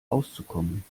auszukommen